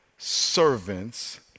servants